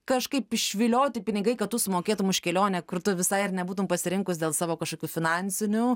kažkaip išvilioti pinigai kad tu sumokėtum už kelionę kur tu visai ar nebūtum pasirinkus dėl savo kažkokių finansinių